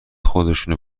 خودشون